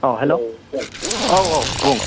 औ हेलौ औ बुं